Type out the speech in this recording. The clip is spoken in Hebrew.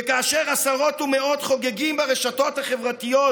וכאשר עשרות ומאות חוגגים ברשתות החברתיות